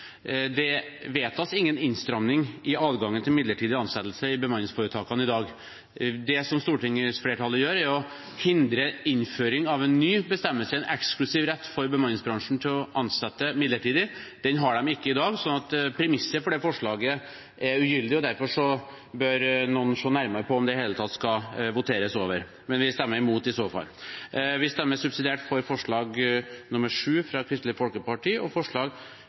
Det vedtas ingen innstramming i adgangen til midlertidig ansettelse i bemanningsforetakene i dag. Det stortingsflertallet gjør, er å hindre innføring av en ny bestemmelse, en eksklusiv rett for bemanningsbransjen til å ansette midlertidig. Den har de ikke i dag, så premisset for det forslaget er ugyldig, og derfor bør noen se nærmere på om det i det hele tatt skal voteres over. Men vi stemmer imot i så fall. Vi stemmer subsidiært for forslag nr. 7 fra Kristelig Folkeparti, vi stemmer mot forslag